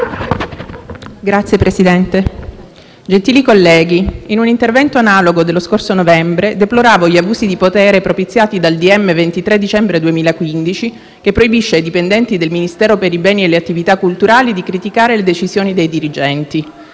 Signor Presidente, gentili colleghi, in un intervento analogo dello scorso novembre ho deplorato gli abusi di potere propiziati dal decreto ministeriale del 23 dicembre 2015, che proibisce ai dipendenti del Ministero per i beni e le attività culturali (MIBAC) di criticare le decisioni dei dirigenti.